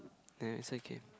then it's okay